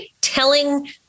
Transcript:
telling